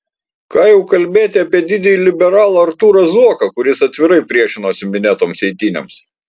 ką jau kalbėti apie didįjį liberalą artūrą zuoką kuris atvirai priešinosi minėtoms eitynėms